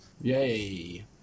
Yay